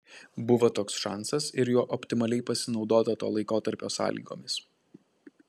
buvo toks šansas ir juo optimaliai pasinaudota to laikotarpio sąlygomis